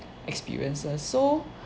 experiences so